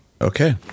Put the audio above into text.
Okay